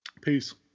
Peace